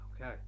Okay